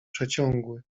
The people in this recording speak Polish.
przeciągły